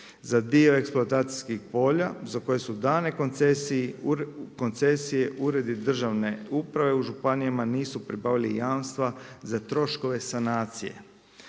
Za dio eksploatacijskih polja za koje su dane koncesije, uredi državne uprave u županijama nisu pribavili jamstva za troškove sanacija.